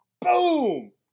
Boom